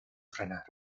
frenar